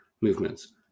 movements